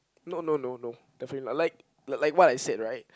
no no no no definitely not like like what I said right